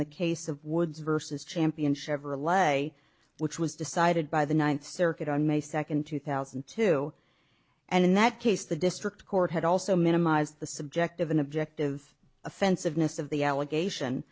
the case of woods versus champion chevrolet which was decided by the ninth circuit on may second two thousand and two and in that case the district court had also minimized the subjective and objective offensiveness of the allegation